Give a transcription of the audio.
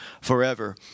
forever